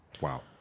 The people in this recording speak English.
Wow